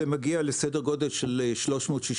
זה מגיע לסדר גודל של 365,